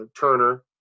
Turner